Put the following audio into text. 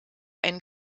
einen